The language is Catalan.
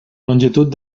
longitud